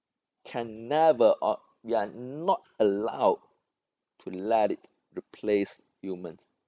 can never or we are not allowed to let it replace humans